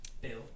bill